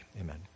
Amen